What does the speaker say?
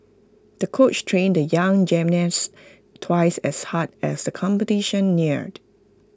the coach trained the young gymnasts twice as hard as competition neared